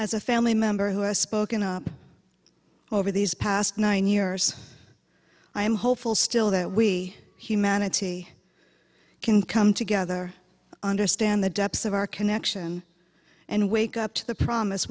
as a family member who has spoken up over these past nine years i am hopeful still that we humanity can come together understand the depths of our connection and wake up to the promise